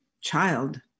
child